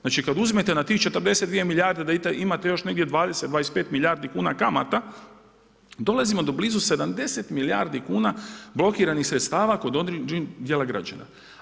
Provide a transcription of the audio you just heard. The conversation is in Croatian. Znači kada uzimate na tih 42 milijarde, imate još negdje 20, 25 milijardi kuna kamata, dolazimo do blizu 70 milijardi kuna blokiranih sredstava kod određenih dijela građana.